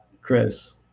Chris